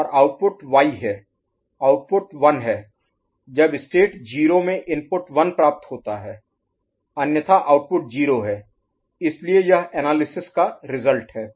और output Y है output 1 है जब स्टेट 0 में इनपुट 1 प्राप्त होता है अन्यथा आउटपुट 0 है इसलिए यह एनालिसिस का रिजल्ट है